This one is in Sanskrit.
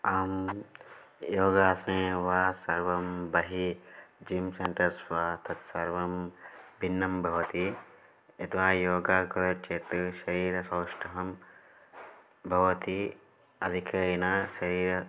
अहं योगासनं वा सर्वं बहिः जिं सेण्टर्स् वा तत् सर्वं भिन्नं भवति यतः योगाकुलक्षेत्रे शरीरसौष्ठवं भवति अधिकेन शरीरं